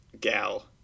gal